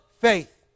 faith